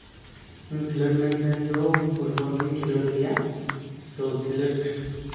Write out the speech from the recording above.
ᱠᱷᱮᱞᱳᱰ ᱢᱮᱱ ᱛᱮᱫᱚ ᱯᱷᱩᱴᱵᱚᱞ ᱜᱤᱧ ᱠᱷᱮᱞᱳᱰ ᱜᱮᱭᱟ ᱛᱳ ᱠᱷᱮᱞᱳᱰ